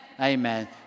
Amen